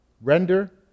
render